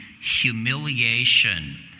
humiliation